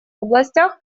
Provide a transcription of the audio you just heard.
областях